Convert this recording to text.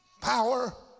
power